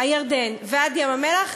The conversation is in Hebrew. הירדן ועד ים-המלח,